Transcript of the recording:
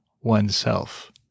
oneself